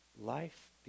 life